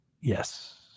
Yes